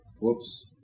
Whoops